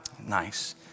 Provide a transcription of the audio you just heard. Nice